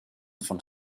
von